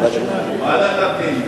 ועדת הפנים.